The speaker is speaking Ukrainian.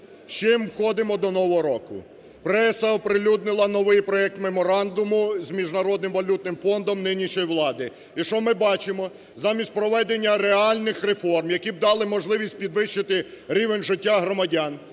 з чим входимо до нового року? Преса оприлюднила новий проект меморандуму з Міжнародним валютним фондом нинішньої влади. І що ми бачимо? Замість проведення реальних реформ, які б дали можливість підвищити рівень життя громадян,